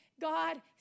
God